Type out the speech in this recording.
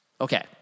Okay